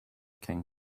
king